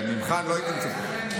ממך אני לא הייתי מצפה.